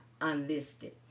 unlisted